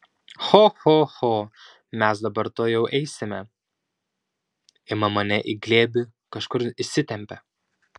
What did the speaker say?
cho cho cho mes dabar tuojau eisime ima mane į glėbį kažkur išsitempia